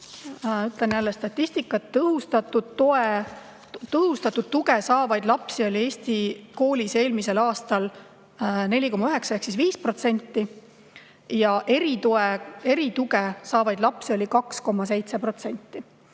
Ütlen jälle statistikat. Tõhustatud tuge saavaid lapsi oli Eesti koolis eelmisel aastal 4,9% ehk ligi 5%. Erituge saavaid lapsi oli 2,7%.